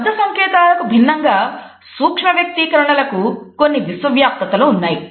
శబ్ద సంకేతాలకు భిన్నంగా సూక్ష్మ వ్యక్తీకరణలకు కొన్ని విశ్వవ్యాప్తతలు ఉన్నాయి